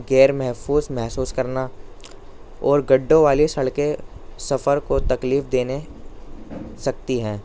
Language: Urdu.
غیر محفوظ محسوس کرنا اور گڈوں والی سڑکیں سفر کو تکلیف دے سکتی ہیں